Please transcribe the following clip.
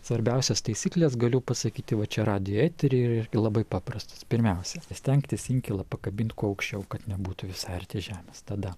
svarbiausios taisyklės galiu pasakyti va čia radijo etery ir irgi labai paprastos pirmiausia stengtis inkilą pakabint kuo aukščiau kad nebūtų visai arti žemės tada